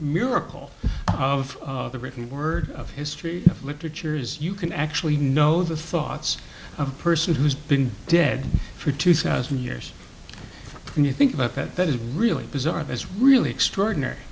miracle of the written word of history literature is you can actually know the thoughts of a person who's been dead for two thousand years when you think about it that is really bizarre is really extraordinary